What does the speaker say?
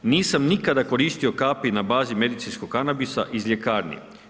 Nisam nikada koristio kapi na bazi medicinskog kanabisa iz ljekarni.